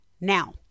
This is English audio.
Now